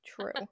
True